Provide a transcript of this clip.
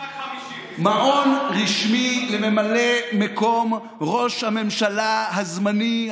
מעון רשמי לממלא מקום ראש הממשלה הזמני,